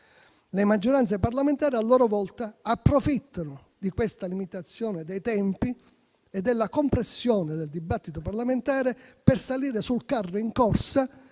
le maggioranze parlamentari, a loro volta, approfittano di questa limitazione dei tempi e della compressione del dibattito parlamentare per salire sul carro in corsa